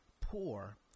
poor